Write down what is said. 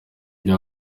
ibyo